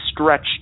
stretched